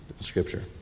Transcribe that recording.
scripture